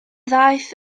ddaeth